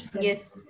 Yes